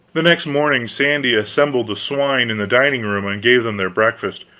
the next morning sandy assembled the swine in the dining-room and gave them their breakfast,